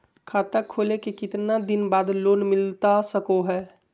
खाता खोले के कितना दिन बाद लोन मिलता सको है?